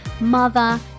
Mother